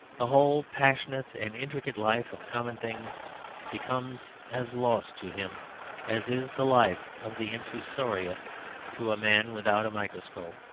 the whole passionate and intricate life of common things becomes as lost to him as is the life of the infusoria to a man without a microscope.